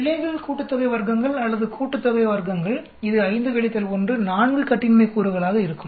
பிழைகள் கூட்டுத்தொகை வர்க்கங்கள் அல்லது கூட்டுத்தொகை வர்க்கங்கள் இது 5 1 4 கட்டின்மை கூறுகளாக இருக்கும்